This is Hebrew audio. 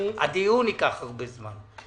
הדיון ייקח הרבה זמן.